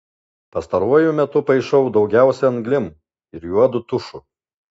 pastaruoju metu paišau daugiausia anglim ir juodu tušu